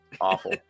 Awful